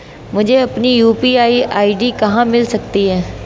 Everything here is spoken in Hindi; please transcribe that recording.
मुझे अपनी यू.पी.आई आई.डी कहां मिल सकती है?